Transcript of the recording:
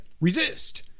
resist